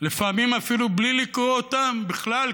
לפעמים אפילו בלי לקרוא אותם בכלל,